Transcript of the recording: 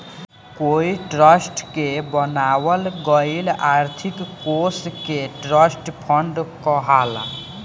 कोई ट्रस्ट के बनावल गईल आर्थिक कोष के ट्रस्ट फंड कहाला